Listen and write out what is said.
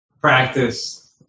practice